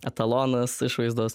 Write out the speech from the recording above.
etalonas išvaizdos